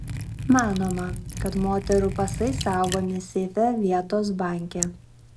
manoma kad moterų pasai saugomi seife vietos banke